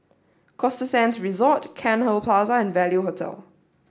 Costa Sands Resort Cairnhill Plaza and Value Hotel